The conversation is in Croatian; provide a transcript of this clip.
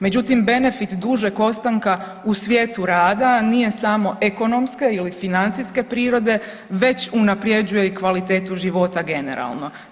Međutim benefit dužeg ostanka u svijetu rada nije samo ekonomske ili financijske prirode već unaprjeđuje i kvalitetu života generalno.